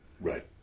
Right